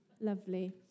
Lovely